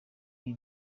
ibi